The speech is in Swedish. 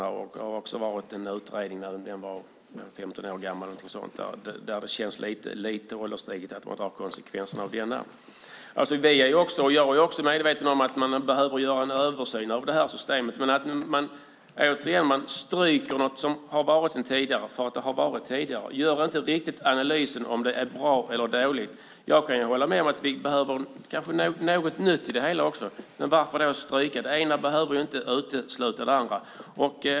Det har också gjorts en utredning som är omkring 15 år gammal. Den verkar lite för ålderstigen för att man ska dra konsekvenser av den. Jag är också medveten om att man behöver göra en översyn av detta system. Men man stryker något som har funnits sedan tidigare, och man gör inte riktigt en analys av om detta är bra eller dåligt. Jag kan hålla med om att vi kanske behöver något nytt i fråga om detta. Men varför ska man stryka detta? Det ena behöver inte utesluta det andra.